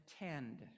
attend